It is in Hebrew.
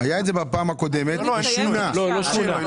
אולי זה לא השתנה אלא